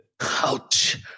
Ouch